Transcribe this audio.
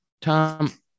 Tom